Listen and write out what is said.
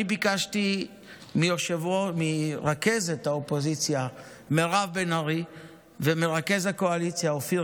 אני ביקשתי ממרכזת האופוזיציה מירב בן ארי וממרכז הקואליציה אופיר